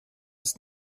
ist